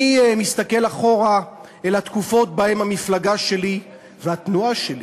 אני מסתכל אחורה אל התקופות שבהן המפלגה שלי והתנועה שלי,